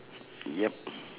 yup